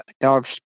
dogs